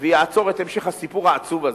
ויעצור את המשך הסיפור העצוב הזה.